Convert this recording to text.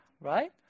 Right